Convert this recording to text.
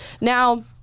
Now